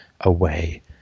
away